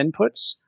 inputs